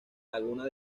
laguna